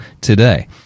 today